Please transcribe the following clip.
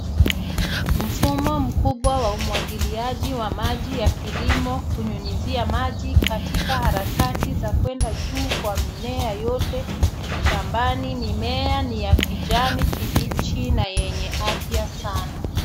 Mfumo mkubwa wa umwagiliaji wa maji ya kilimo, kunyunyuzia maji katika harakati za kuenda juu kwa mimea yote. Shambani mimea ni ya kijani kibichi na yenye afya sana.